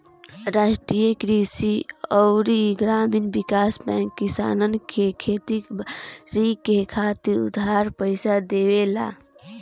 राष्ट्रीय कृषि अउरी ग्रामीण विकास बैंक किसानन के खेती बारी करे खातिर उधार पईसा देवेला